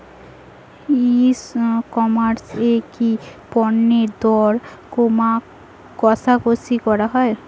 ই commerce এ কি পণ্যের দর কশাকশি করা য়ায়?